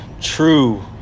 true